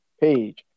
page